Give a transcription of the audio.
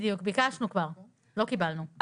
בדיוק, ביקשנו כבר, לא קיבלנו.